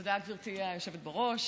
תודה, גברתי היושבת בראש.